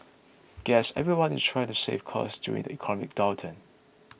guess everyone is trying to save costs during the economic downturn